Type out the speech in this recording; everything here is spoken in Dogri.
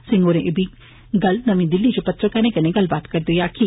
सिंह होरें एह गल्ल नमी दिल्ली इच पत्रकारें कन्नै गल्लबात करदे होई आक्खी